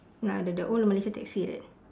ah the the old Malaysia taxi right